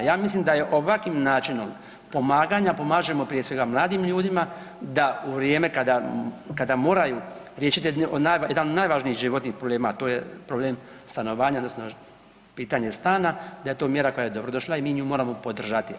Ja mislim da je ovakvim načinom pomaganja, pomažemo, prije svega mladim ljudima da u vrijeme kada moraju, riješiti jedan od najvažnijih životnih problema, a to je problem stanovanja, odnosno pitanje stana, da je to mjera koja je dobrodošla i mi nju moramo podržati.